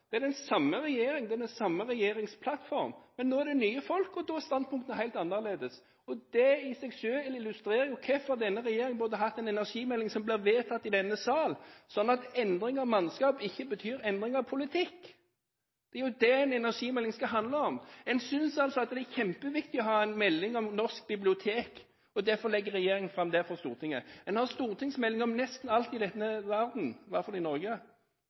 Det er den samme regjering og samme regjeringsplattform. Men nå er det nye folk og da er standpunktene er helt annerledes. Det i seg selv illustrerer hvorfor denne regjeringen burde hatt en energimelding som ble vedtatt i denne sal, sånn at endring av mannskap ikke betyr endring av politikk. Det er jo det en energimelding skal handle om. En synes altså det er kjempeviktig å ha en melding om norske bibliotek, derfor legger regjeringen det fram for Stortinget. En har stortingsmeldinger om nesten alt i denne verden – i hvert fall i Norge